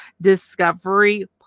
discovery